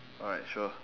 alright sure